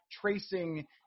tracing